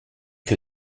que